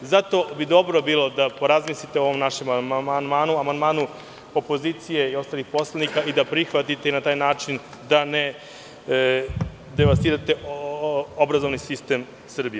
Bilo bi dobro da razmislite o ovom našem amandmanu, amandmanu opozicije i ostalih poslanika i da prihvatite, da na taj način ne devastirate obrazovni sistem Srbije.